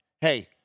hey